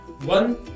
One